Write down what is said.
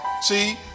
See